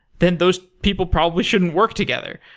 then those people probably shouldn't work together.